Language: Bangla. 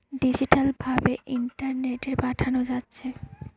ডিজিটাল ভাবে ইন্টারনেটে পাঠানা যাচ্ছে